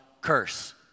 curse